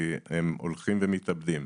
כי הם הולכים ומתאבדים.